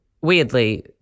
weirdly